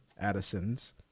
Addisons